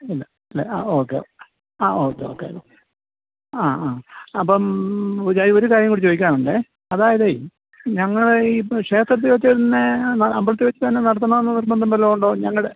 ഇല്ല ഇല്ല ആ ഓക്കെ ആ ഓക്കെ ഓക്കെ അപ്പം ആ ആ അപ്പം പൂജാരി ഒരു കാര്യം കൂടി ചോദിക്കാനുണ്ടേ അതായത് ഞങ്ങൾ ഈ ഇപ്പം ക്ഷേത്രത്തിൽ വെച്ച് തന്നേ അമ്പലത്തിൽ വെച്ച് തന്നെ നടത്തണമെന്ന് നിർബന്ധം വല്ലതും ഉണ്ടോ ഞങ്ങളുടെ